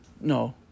no